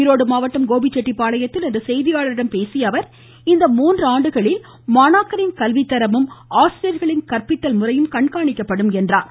ஈரோடு மாவட்டம் கோபிச்செட்டிப்பாளையத்தில் இன்று செய்தியாளர்களிடம் பேசிய அவர் இந்த மூன்றாண்டுகளில் மாணாக்கரின் கல்வித்தரமும் ஆசிரியர்களின் கற்பித்தல் முறையும் கண்காணிக்கப்படும் என்றார்